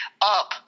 up